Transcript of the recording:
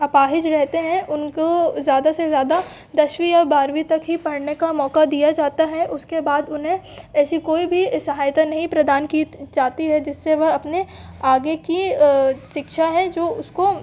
अपाहिज रहते हैं उनको ज़्यादा से ज़्यादा दसवीं या बारवीं तक ही पढ़ने का मौका दिया जाता है उसके बाद उन्हें ऐसी कोई भी सहायता नहीं प्रदान की जाती है जिससे वह अपने आगे की शिक्षा है जो उसको